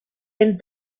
and